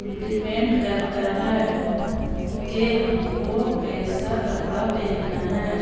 depend کرتا ہے کہ ہم کو کیسا کپڑا پہننا ہے